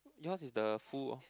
yours is the full